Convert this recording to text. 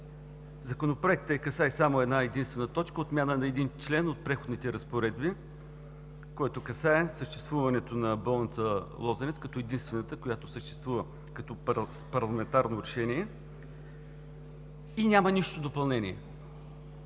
Законопроектът касае само една единствена точка – отмяна на един член от „Преходните разпоредби“, който касае съществуването на болница „Лозенец“ като единствената, която съществува с парламентарно решение и няма никакво допълнение.